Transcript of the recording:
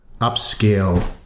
upscale